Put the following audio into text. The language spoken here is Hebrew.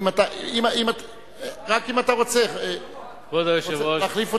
רק אם אתה רוצה להחליף אותי.